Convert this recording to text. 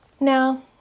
Now